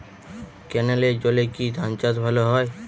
ক্যেনেলের জলে কি ধানচাষ ভালো হয়?